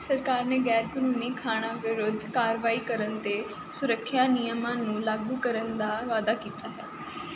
ਸਰਕਾਰ ਨੇ ਗ਼ੈਰ ਕਾਨੂੰਨੀ ਖਾਣਾਂ ਵਿਰੁੱਧ ਕਾਰਵਾਈ ਕਰਨ 'ਤੇ ਸੁਰੱਖਿਆ ਨਿਯਮਾਂ ਨੂੰ ਲਾਗੂ ਕਰਨ ਦਾ ਵਾਅਦਾ ਕੀਤਾ ਹੈ